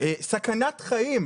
סכנת חיים.